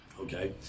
okay